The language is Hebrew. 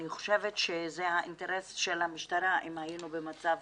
אני חושבת שזה אינטרס של המשטרה אם היינו במצב